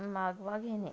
मागोवा घेणे